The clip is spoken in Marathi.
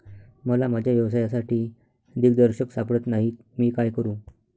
मला माझ्या व्यवसायासाठी दिग्दर्शक सापडत नाही मी काय करू?